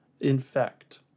infect